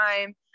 time